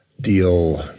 deal